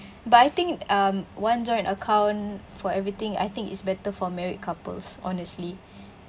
but I think um one joint account for everything I think it's better for married couples honestly